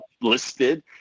listed